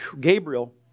Gabriel